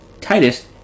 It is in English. Titus